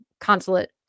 consulate